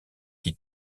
qui